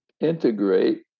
integrate